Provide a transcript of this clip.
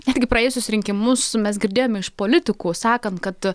netgi praėjusius rinkimus mes girdėjome iš politikų sakant kad